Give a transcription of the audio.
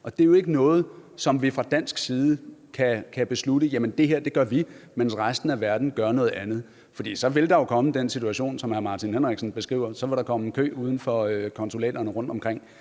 Vi kan jo ikke fra dansk side beslutte, at det her gør vi, mens resten af verden gør noget andet, for så vil der komme den situation, som hr. Martin Henriksen beskriver, så vil der komme kø uden for konsulaterne og